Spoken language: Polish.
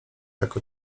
jak